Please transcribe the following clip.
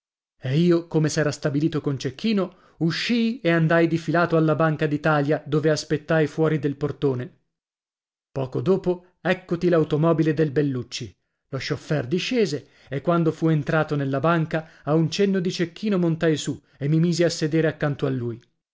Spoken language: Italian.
e io come s'era stabilito con cecchino uscii e andai difilato alla banca d'italia dove aspettai fuori del portone poco dopo eccoti l'automobile del bellucci lo scioffèr discese e quando fu entrato nella banca a un cenno di cecchino montai su e mi misi a sedere accanto a lui